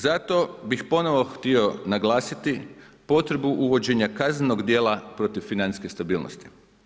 Zato bih ponovo htio naglasiti potrebu uvođenja kaznenog djela protiv financijske stabilnost.